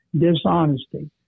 dishonesty